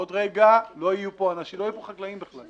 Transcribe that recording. עוד רגע לא יהיו פה חקלאים בכלל.